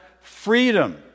freedom